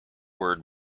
word